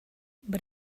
but